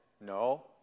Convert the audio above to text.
No